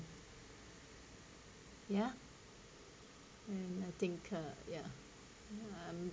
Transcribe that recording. ya and I think uh ya